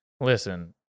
listen